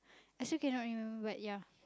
I still cannot remember but ya